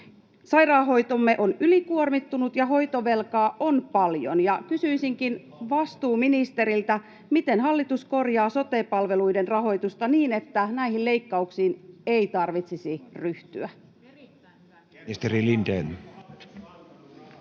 Sairaanhoitomme on ylikuormittunut, ja hoitovelkaa on paljon. Kysyisinkin vastuuministeriltä: miten hallitus korjaa sote-palveluiden rahoitusta niin, että näihin leikkauksiin ei tarvitsisi ryhtyä?